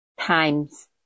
times